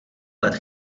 let